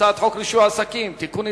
הצעת חוק רישוי עסקים (תיקון,